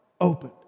opened